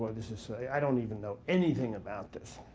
but this is i don't even know anything about this.